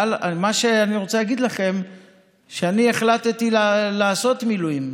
אני רוצה להגיד לכם שאני החלטתי לעשות מילואים.